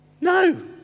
No